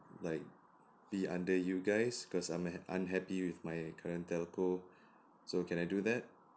like be under you guys because I'm un~ unhappy with my current telco so can I do that